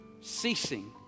ceasing